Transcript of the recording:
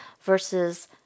versus